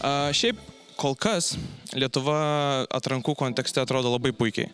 a šiaip kol kas lietuva atrankų kontekste atrodo labai puikiai